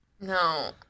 No